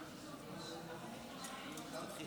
אתה רוצה לעמוד ולא לדבר, להקשיב?